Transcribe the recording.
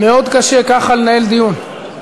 מאוד קשה ככה לנהל דיון.